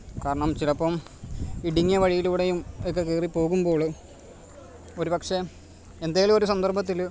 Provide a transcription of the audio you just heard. കാരണം ചിലപ്പം ഇടുങ്ങിയ വഴിയിലൂടെയും ഒക്കെ കയറി പോകുമ്പോൾ ഒരുപക്ഷേ എന്തെങ്കിലും ഒരു സന്ദർഭത്തിൽ